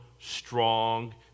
strong